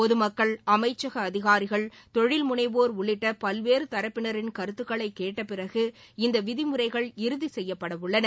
பொதுமக்கள் அமைச்சக அதிகாரிகள் தொழில்முனைவோர் உள்ளிட்ட பல்வேறு தரப்பிளரின் கருத்துக்களை கேட்ட பிறகு இந்த விதிமுறைகள் இறுதி செய்யப்படவுள்ளன